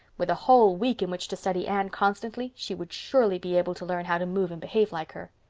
with a whole week in which to study anne constantly she would surely be able to learn how to move and behave like her.